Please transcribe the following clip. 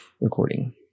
recording